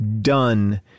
done